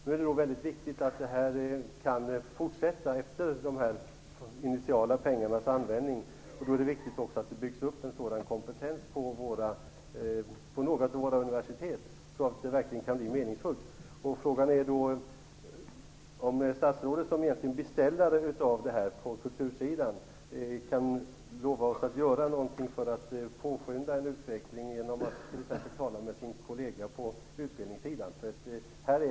Nu är det väldigt viktigt att detta kan fortsätta efter användandet av de här initiala pengarna, och då är det också viktigt att det byggs upp en sådan kompetens på några av våra universitet att det verkligen kan bli meningsfullt. Frågan är: Kan statsrådet, som egentligen är beställare av det här på kultursidan, lova att göra någonting för att påskynda en utveckling, t.ex. genom att tala med sin kollega på utbildningssidan?